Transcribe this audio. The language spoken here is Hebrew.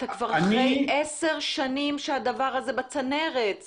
אתה אחרי עשר שנים שהדבר הזה בצנרת,